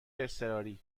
اضطراری